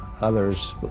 others